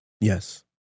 Yes